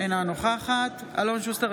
אינה נוכחת אלון שוסטר,